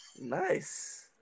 nice